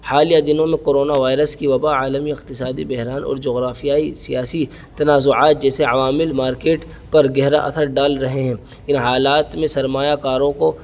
حالیہ دنوں میں کورونا وائرس کی وبا عالمی اقتصادی بحران اور جغرافیائی سیاسی تنازعات جیسے عوامل مارکیٹ پر گہرا اثر ڈال رہے ہیں ان حالات میں سرمایہ کاروں کو